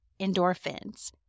endorphins